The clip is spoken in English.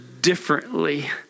differently